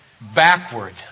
backward